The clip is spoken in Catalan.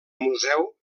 museu